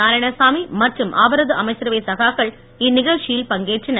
நாராயணசாமி மற்றும் அவரது அமைச்சரவை சகாக்கள் இந்நிகழ்ச்சியில் பங்கேற்றனர்